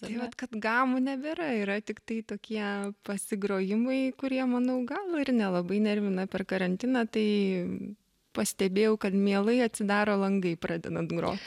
tai vat kad gamų nebėra yra tiktai tokie pasigrojimai kurie manau gal ir nelabai nervina per karantiną tai pastebėjau kad mielai atsidaro langai pradedant grot